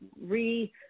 re